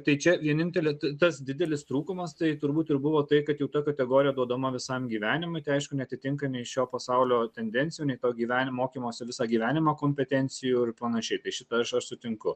tai čia vienintelė tas didelis trūkumas tai turbūt ir buvo tai kad jau ta kategorija duodama visam gyvenimui tai aišku neatitinka nei šio pasaulio tendencijų nei to gyvenimo mokymosi visą gyvenimą kompetencijų ir panašiai tai šita aš aš sutinku